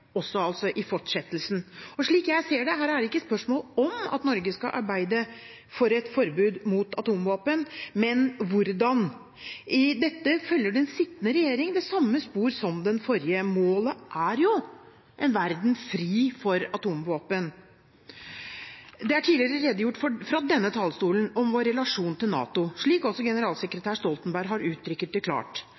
altså også i fortsettelsen. Og slik jeg ser det: Her er det ikke et spørsmål om Norge skal arbeide for et forbud mot atomvåpen, men et spørsmål om hvordan. I dette følger den sittende regjering det samme spor som den forrige. Målet er jo en verden fri for atomvåpen! Det er tidligere blitt redegjort for, fra denne talerstolen, vår relasjon til NATO, slik også generalsekretær Stoltenberg har uttrykt det klart.